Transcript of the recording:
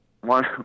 one